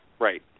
right